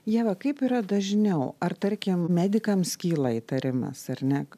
ieva kaip yra dažniau ar tarkim medikams kyla įtarimas ar ne